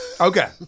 Okay